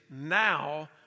now